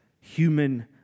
human